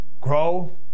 Grow